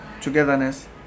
togetherness